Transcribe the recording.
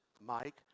Mike